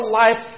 life